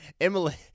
Emily